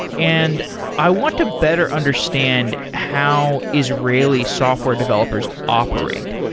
and i want to better understand how israeli software developers operate.